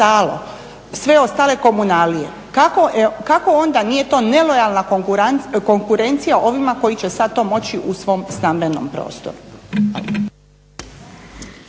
sve ostale komunalije. Kako onda nije to nelojalna konkurencija ovima koji će sad to moći u svom stambenom prostoru?